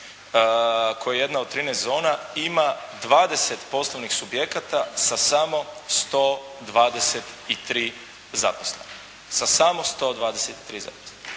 koja je jedna od 13 zona ima 20 poslovnih subjekata sa samo 123 zaposlenih.